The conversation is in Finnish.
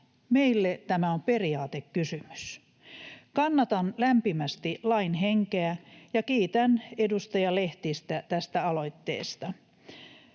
Meille tämä on periaatekysymys. Kannatan lämpimästi lain henkeä ja kiitän edustaja Lehtistä tästä aloitteesta.